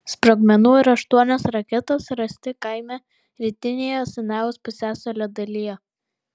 sprogmenų ir aštuonios raketos rasti kaime rytinėje sinajaus pusiasalio dalyje